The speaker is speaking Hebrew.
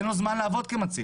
אין לו זמן לעבוד כמציל.